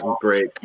great